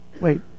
wait